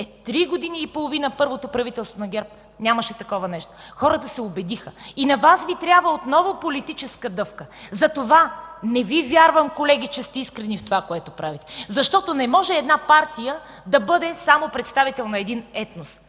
Е, три години и половина – първото правителство на ГЕРБ, нямаше такова нещо! Хората се убедиха. И на Вас Ви трябва отново политическа дъвка. Затова не Ви вярвам, колеги, че сте искрени в това, което правите! Защото не може една партия да бъде представител само на един етнос